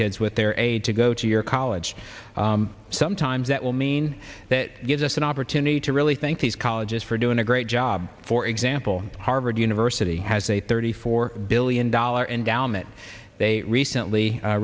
kids with their aid to go to your college sometimes that will mean that gives us an opportunity to really thank these colleges for doing a great job for example harvard university has a thirty four billion dollar endowment they recently